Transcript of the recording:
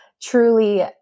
Truly